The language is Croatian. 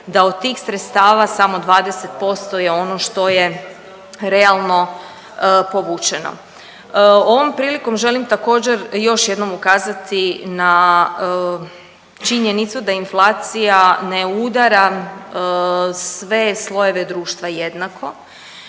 da od tih sredstava samo 20% je ono što je realno povučeno. Ovom prilikom želim također, još jednom ukazati na činjenicu da inflacija ne udara sve slojeve društva jednako.